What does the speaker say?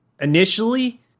Initially